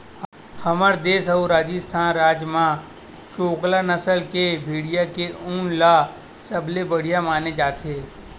हमर देस अउ राजिस्थान राज म चोकला नसल के भेड़िया के ऊन ल सबले बड़िया माने जाथे